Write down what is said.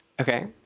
Okay